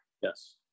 Yes